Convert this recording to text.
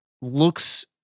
looks